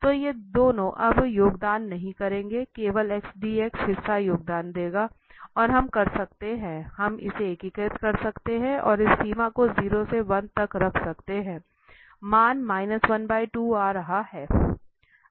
तो ये दोनों अब योगदान नहीं करेंगे केवल xdx हिस्सा योगदान देगा और हम कर सकते हैं हम इसे एकीकृत कर सकते हैं और इस सीमा को 0 से 1 तक रख सकते हैं मान आ रहा है